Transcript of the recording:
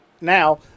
now